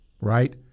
right